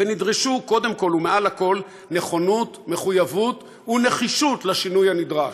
ונדרשו קודם כול ומעל הכול נכונות ומחויבות ונחישות לשינוי הנדרש.